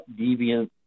deviant